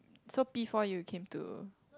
so P-four you came to